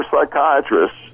psychiatrists